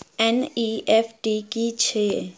NEFT की छीयै?